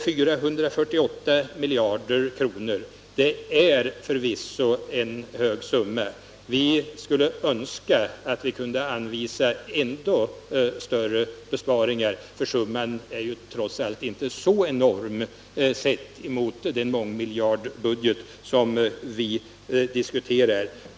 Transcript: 448 milj.kr. är förvisso en stor summa. Vi skulle önska att vi kunde anvisa ändå större besparingar, eftersom summan trots allt inte är så enorm sedd mot den mångmiljardbudget som vi diskuterar.